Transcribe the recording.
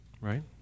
Right